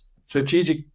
strategic